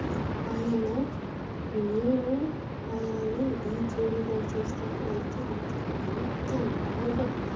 ఆయన నేను ఆయనని ఢీ జోడీలో చూసినప్పుడు అయితే అతను ఎంత బాగా